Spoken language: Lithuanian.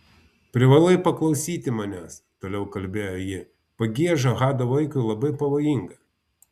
privalai paklausyti manęs toliau kalbėjo ji pagieža hado vaikui labai pavojinga